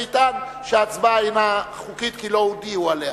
ויטען שההצבעה אינה חוקית כי לא הודיעו עליה.